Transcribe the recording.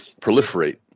proliferate